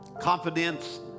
confidence